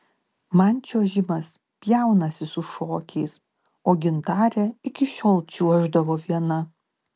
man čiuožimas pjaunasi su šokiais o gintarė iki šiol čiuoždavo viena